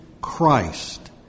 Christ